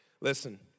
listen